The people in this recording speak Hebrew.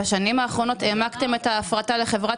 בשנים האחרונות העמקתם את ההפרטה לחברת